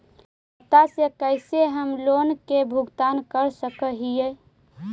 खाता से कैसे हम लोन के भुगतान कर सक हिय?